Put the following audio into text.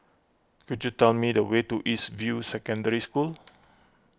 could you tell me the way to East View Secondary School